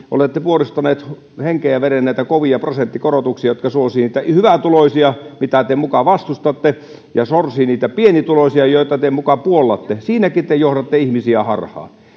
olette puolustaneet henkeen ja vereen näitä kovia prosenttikorotuksia jotka suosivat niitä hyvätuloisia joita te muka vastustatte ja sorsivat niitä pienituloisia joita te muka puollatte siinäkin te johdatte ihmisiä harhaan